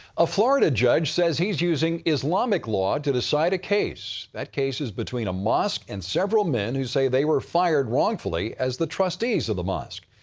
a florida judge says hes using islamic law to decide a case. that case is between a mosque and several men who say they were fired wrongfully as the trustees of the mosque.